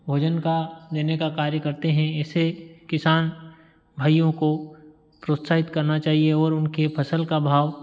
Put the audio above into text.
भोजन का देने का कार्य करते हैं ऐसे किसान भाईयों को प्रोत्साहित करना चाहिए और उनके फसल का भाव